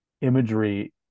imagery